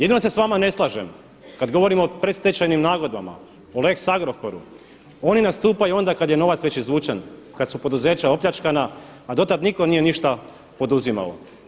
Jedino se s vama ne slažem kada govorimo o predstečajnim nagodbama, o lex Agrokoru oni nastupaju onda kada je novac već izvučen, kada su poduzeća opljačkana, a do tada nitko ništa nije poduzimao.